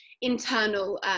internal